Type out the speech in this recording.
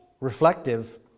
reflective